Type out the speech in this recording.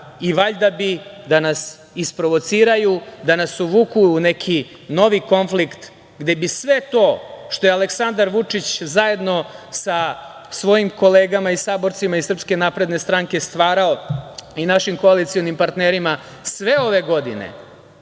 i valjda bi da nas isprovociraju, da nas uvuku u neki novi konflikt gde bi sve to što je Aleksandar Vučić zajedno sa svojim kolegama i saborcima iz SNS stvarao i našim koalicionim partnerima sve ove godine